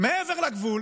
מעבר לגבול